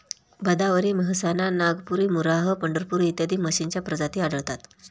भदावरी, मेहसाणा, नागपुरी, मुर्राह, पंढरपुरी इत्यादी म्हशींच्या प्रजाती आढळतात